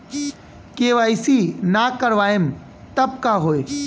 KYC ना करवाएम तब का होई?